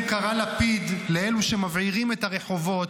בוא,